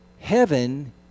heaven